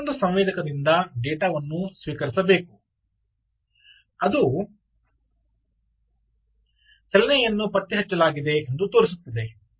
ಈಗ ಮತ್ತೊಂದು ಸಂವೇದಕದಿಂದ ಡೇಟಾವನ್ನು ಸ್ವೀಕರಿಸಬೇಕು ಅದು ಚಲನೆಯನ್ನು ಪತ್ತೆಹಚ್ಚಲಾಗಿದೆ ಎಂದು ತೋರಿಸುತ್ತದೆ